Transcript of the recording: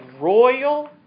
royal